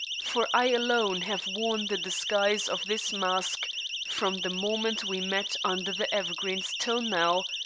for i alone have worn the disguise of this mask from the moment we met under the evergreens till now,